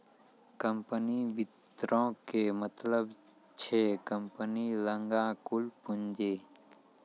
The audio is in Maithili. कम्पनी वित्तो के मतलब छै कम्पनी लगां कुल पूंजी